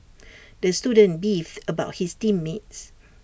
the student beefed about his team mates